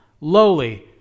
lowly